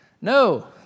No